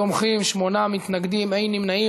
20 תומכים, שמונה מתנגדים, אין נמנעים.